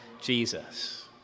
jesus